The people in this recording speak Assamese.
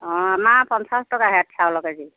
অঁ আমাৰ পঞ্চাছ টকা ইয়াত চাউল কেজি